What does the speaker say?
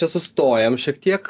čia sustojam šiek tiek